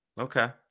Okay